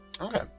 Okay